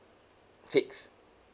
fixed